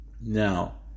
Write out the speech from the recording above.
Now